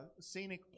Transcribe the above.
scenic